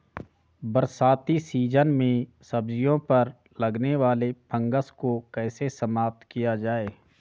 बरसाती सीजन में सब्जियों पर लगने वाले फंगस को कैसे समाप्त किया जाए?